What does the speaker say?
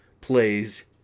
plays